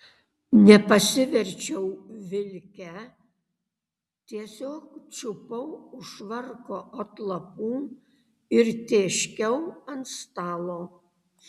nepasiverčiau vilke tiesiog čiupau už švarko atlapų ir tėškiau ant stalo